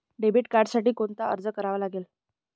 Debit कार्डसाठी कोणता अर्ज करावा लागेल?